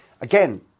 Again